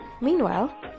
meanwhile